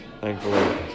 Thankfully